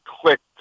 clicked